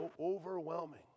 overwhelming